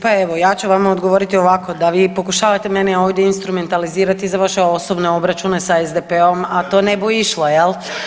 Pa evo ja ću vam odgovoriti ovako da vi pokušavate mene ovdje instrumentalizirati za vaše osobne obračune s SDP-om, a to ne bu išlo jel.